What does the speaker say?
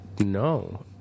no